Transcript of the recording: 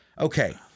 Okay